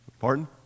pardon